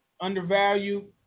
undervalued